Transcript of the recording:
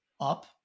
up